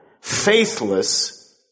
faithless